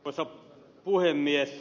arvoisa puhemies